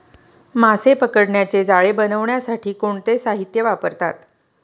मासे पकडण्याचे जाळे बनवण्यासाठी कोणते साहीत्य वापरतात?